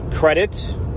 credit